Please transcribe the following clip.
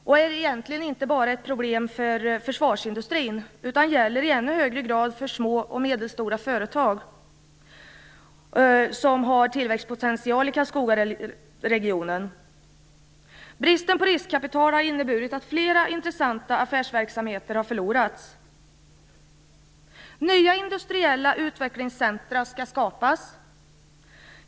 Det är egentligen inte ett problem bara för försvarsindustrin, utan det gäller i ännu högre grad för små och medelstora företag som har en tillväxtpotential i Karlskogaregionen. Bristen på riskkapital har inneburit att flera intressanta affärsverksamheter har förlorats. Nya industriella utvecklingscentrum skall skapas.